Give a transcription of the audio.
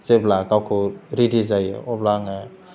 जेब्ला गावखौ रेदि जायो अब्ला आङो